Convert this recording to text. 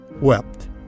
wept